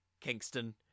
Kingston